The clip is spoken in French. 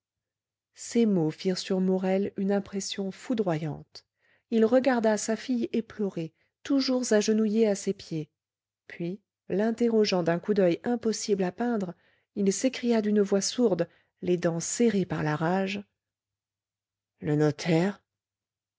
ces mots firent sur morel une impression foudroyante il regarda sa fille éplorée toujours agenouillée à ses pieds puis l'interrogeant d'un coup d'oeil impossible à peindre il s'écria d'une voix sourde les dents serrées par la rage le notaire